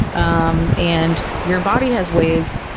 um and your body has ways,